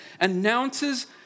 announces